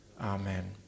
Amen